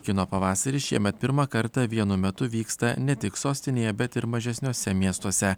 kino pavasaris šiemet pirmą kartą vienu metu vyksta ne tik sostinėje bet ir mažesniuose miestuose